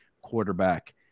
quarterback